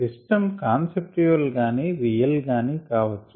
system conceptual గాని real గాని కావచ్చు